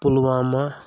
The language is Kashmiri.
پلوامہ